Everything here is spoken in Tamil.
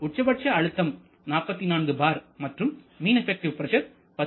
உச்சபட்ச அழுத்த மதிப்பு 44 bar மற்றும் மீண் எபெக்டிவ் பிரஷர் 10